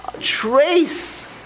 trace